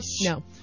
No